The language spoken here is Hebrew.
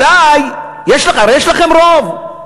אולי, הרי יש לכם רוב,